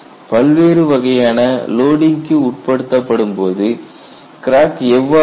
பல்வேறு வகையான லோடிங்க்கு உட்படுத்தப்படும்போது கிராக் எவ்வாறு வளரும்